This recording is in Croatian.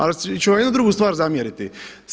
Ali ću vam jednu drugu stvar zamjeriti.